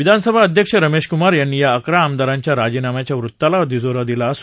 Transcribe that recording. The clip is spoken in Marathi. विधानसभा अध्यक्ष रमेश कुमार यांनी या अकरा आमदारांच्या राजीनाम्याच्या वृत्ताला दुजोरा दिला आहे